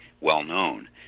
well-known